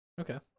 okay